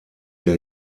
der